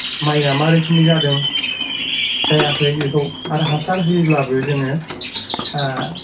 माया मा रोखोमनि जादों जायाखै बेखौ आरो हासार होयोब्लाबो जोङो ओ